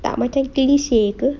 tak macam selisih ke